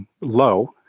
low